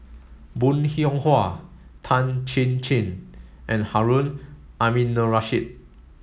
bong Hiong Hwa Tan Chin Chin and Harun Aminurrashid